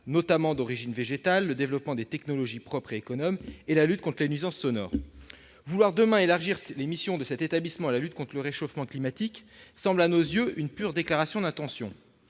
notamment d'origine végétale. Sans oublier le développement des technologies propres et économes et la lutte contre les nuisances sonores. Vouloir élargir les missions de cet établissement à la lutte contre le réchauffement climatique nous paraît une pure déclaration d'intention,